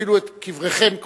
"אפילו את קבריכם קחו",